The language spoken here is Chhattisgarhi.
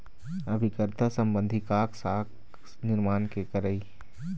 अभिकर्ता संबंधी काज, साख निरमान के करई